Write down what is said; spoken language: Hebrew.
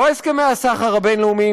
לא הסכמי הסחר הבין-לאומיים,